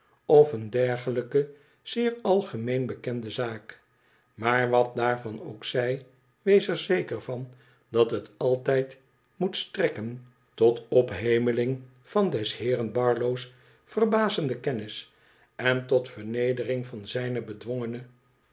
of een dergelijke zeer algemeen bekende zaak maar wat daarvan ook zij wees er zeker van dat hot altijd moet strekken tot ophemeling van des heeren barlow's verbazende kennis en tot vernedering van zijne bedwongene